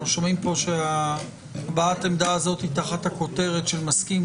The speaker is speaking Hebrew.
אנחנו שומעים פה שהבעת העמדה הזאת תחת הכותרת של מסכים,